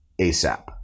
ASAP